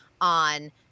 on